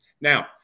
Now